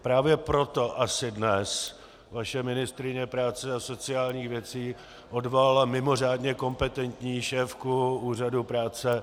Právě proto asi dnes vaše ministryně práce a sociálních věcí odvolala mimořádně kompetentní šéfku Úřadu práce.